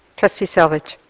trustee selvidge.